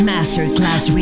Masterclass